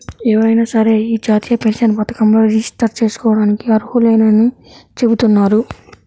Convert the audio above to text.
ఎవరైనా సరే యీ జాతీయ పెన్షన్ పథకంలో రిజిస్టర్ జేసుకోడానికి అర్హులేనని చెబుతున్నారు